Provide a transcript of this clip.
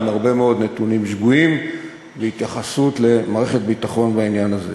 עם הרבה מאוד נתונים שגויים בהתייחסות למערכת הביטחון בעניין הזה.